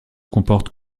comporte